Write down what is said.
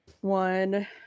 One